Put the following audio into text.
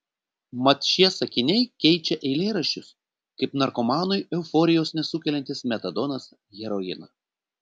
mat šie sakiniai keičia eilėraščius kaip narkomanui euforijos nesukeliantis metadonas heroiną